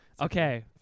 okay